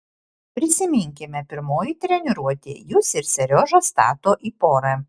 prisiminkime pirmoji treniruotė jus ir seriožą stato į porą